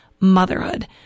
motherhood